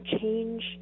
change